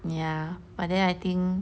ya but then I think